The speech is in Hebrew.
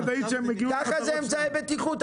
ככה זה אמצעי בטיחות,